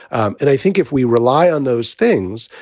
and i think if we rely on those things,